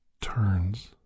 turns